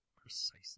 Precisely